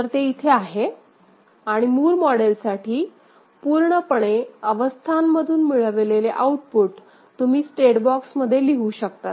तर ते तिथे आहे आणि मूर मॉडेलसाठी पूर्णपणे अवस्थांमधून मिळविलेले आउटपुट तुम्ही स्टेट बॉक्समध्ये लिहू शकतात